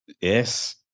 Yes